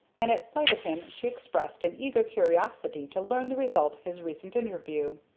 and at sight of him she expressed an eager curiosity to learn the result of his recent interview.